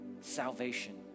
salvation